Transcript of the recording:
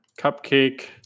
Cupcake